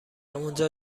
اونجا